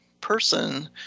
person